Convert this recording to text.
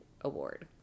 award